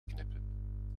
knippen